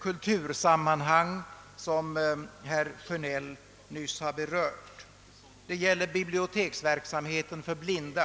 kultursammanhang som herr Sjönell nyss berörde. Det gäller biblioteksverksamheten för blinda.